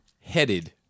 Headed